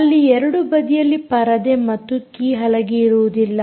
ಅಲ್ಲಿ ಎರಡು ಬದಿಯಲ್ಲಿ ಪರದೆ ಮತ್ತು ಕೀ ಹಲಗೆಯಿರುವುದಿಲ್ಲ